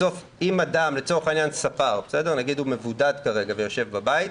בסוף, אם לצורך העניין ספר מבודד כרגע ויושב בבית,